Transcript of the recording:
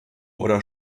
oder